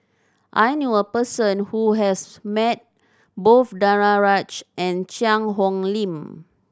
I knew a person who has met both Danaraj and Cheang Hong Lim